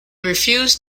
refuse